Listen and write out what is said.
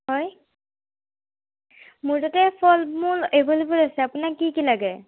হয় মোৰ তাতে ফল মূল এভেলেবল আছে আপোনাক কি কি লাগে